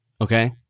Okay